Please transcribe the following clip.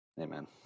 Amen